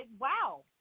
Wow